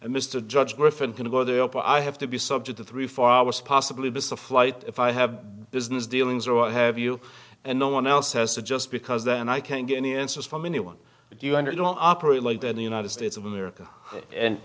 and missed a judge griffin going to go there but i have to be subject to three four hours possibly this a flight if i have business dealings or what have you and no one else has to just because then i can't get any answers from anyone but you under don't operate like that in the united states of america and